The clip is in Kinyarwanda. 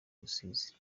rusizi